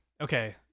okay